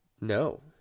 no